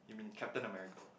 you mean Captain-America